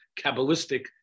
kabbalistic